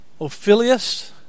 Ophilius